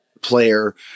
player